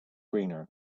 greener